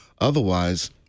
otherwise